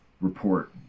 report